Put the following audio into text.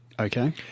Okay